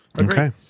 Okay